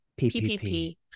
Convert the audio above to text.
PPP